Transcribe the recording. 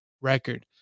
record